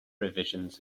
revisions